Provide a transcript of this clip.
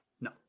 No